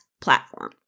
platform